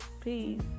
Peace